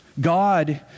God